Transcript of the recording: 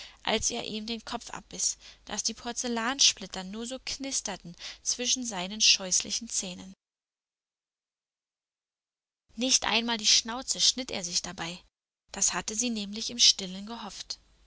als er ihm den kopf abbiß daß die porzellansplitter nur so knisterten zwischen seinen scheußlichen zähnen nicht einmal in die schnauze schnitt er sich dabei das hatte sie nämlich im stillen gehofft